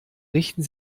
richten